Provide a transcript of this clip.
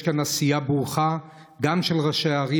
יש כאן עשייה ברוכה, גם של ראשי הערים.